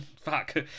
Fuck